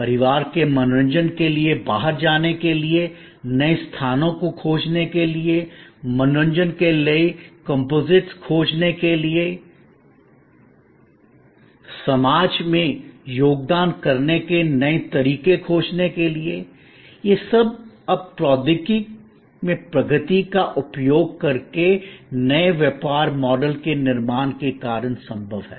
परिवार के मनोरंजन के लिए बाहर जाने के लिए नए स्थानों को खोजने के लिए मनोरंजन के लिए नए मिश्रण कंपोजिट्स खोजने के लिए समाज में योगदान करने के नए तरीके खोजने के लिए यह सब अब प्रौद्योगिकी में प्रगति का उपयोग करके नए व्यापार मॉडल के निर्माण के कारण संभव है